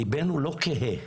ליבנו לא קהה.